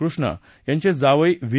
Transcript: कृष्णा यांचे जावई व्ही